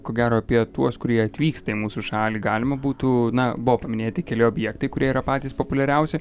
ko gero apie tuos kurie atvyksta į mūsų šalį galima būtų na buvo paminėti keli objektai kurie yra patys populiariausi